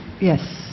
Yes